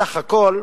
בסך הכול,